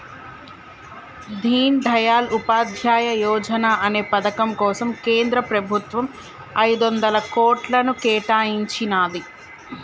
దీన్ దయాళ్ ఉపాధ్యాయ యోజనా అనే పథకం కోసం కేంద్ర ప్రభుత్వం ఐదొందల కోట్లను కేటాయించినాది